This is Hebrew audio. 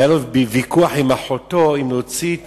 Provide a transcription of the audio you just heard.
והיה לו ויכוח עם אחותו אם להוציא את